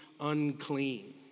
unclean